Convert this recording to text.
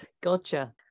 Gotcha